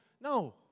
No